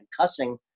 cussing